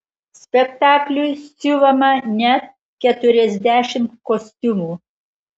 spektakliui siuvama net keturiasdešimt kostiumų